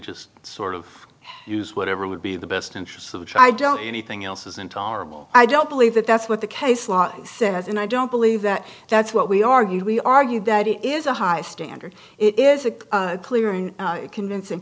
just sort of use whatever would be the best interests of which i don't anything else is intolerable i don't believe that that's what the case law says and i don't believe that that's what we argued we argued that it is a high standard it is a clear and convincing